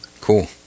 Cool